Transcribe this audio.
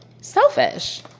Selfish